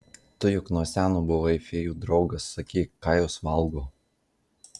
tu juk nuo seno buvai fėjų draugas sakyk ką jos valgo